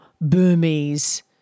Burmese